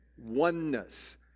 oneness